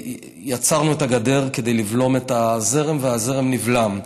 יצרנו את הגדר כדי לבלום את הזרם, והזרם נבלם.